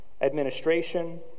administration